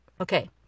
Okay